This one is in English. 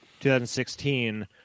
2016